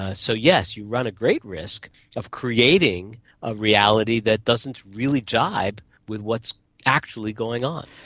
ah so yes, you run a great risk of creating a reality that doesn't really jibe with what's actually going on.